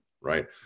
Right